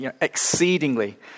exceedingly